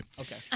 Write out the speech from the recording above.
Okay